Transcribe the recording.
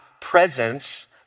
presence